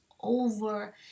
over